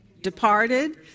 departed